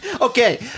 Okay